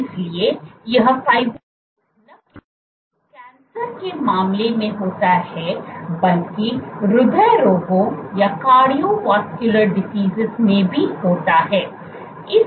इसलिए यह फाइब्रोसिस न केवल कैंसर के मामले में होता है बल्कि हृदय रोगों में भी होता है